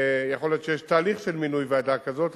יכול להיות שיש תהליך של מינוי ועדה כזאת,